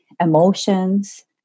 emotions